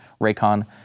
Raycon